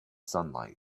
sunlight